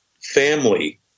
family